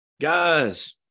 Guys